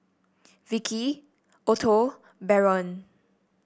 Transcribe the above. Vickie Otto Barron